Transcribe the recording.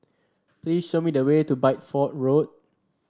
please show me the way to Bideford Road